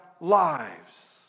lives